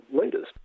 leaders